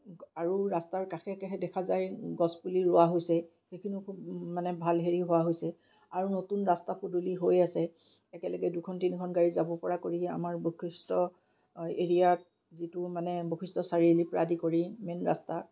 আৰু ৰাস্তাৰ কাষে কাষে দেখা যায় গছপুলি ৰোৱা হৈছে সেইখিনিও খুব মানে ভাল হেৰি হোৱা হৈছে আৰু নতুন ৰাস্তা পদূলি হৈ আছে একেলগে দুখন তিনিখন গাড়ী যাবপৰা কৰি আমাৰ বশিষ্ঠ এৰিয়াত যিটো মানে বশিষ্ঠ চাৰিআলিৰপৰা আদি কৰি মেইন ৰাস্তাত